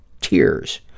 Tears